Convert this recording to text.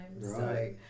Right